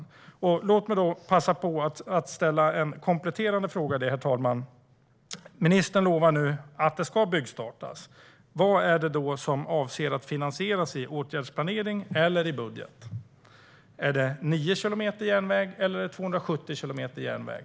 Herr talman! Låt mig passa på att ställa en kompletterande fråga. Ministern lovar nu att det ska byggstartas. Vad är det då som man avser att finansiera i åtgärdsplanering eller i budget? Är det 9 kilometer järnväg, eller är det 270 kilometer järnväg?